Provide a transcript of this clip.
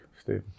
Steve